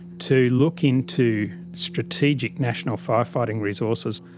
to look into strategic, national firefighting resources,